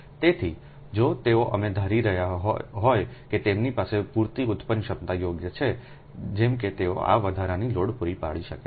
તેથી જો તેઓ એમ ધારી રહ્યા હોય કે તેમની પાસે પૂરતી ઉત્પન્ન ક્ષમતા યોગ્ય છે જેમ કે તેઓ આ વધારાની લોડ પૂરી પાડી શકે છે